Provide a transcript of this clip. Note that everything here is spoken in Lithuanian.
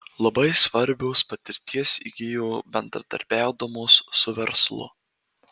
labai svarbios patirties įgijo bendradarbiaudamos su verslu